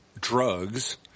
drugs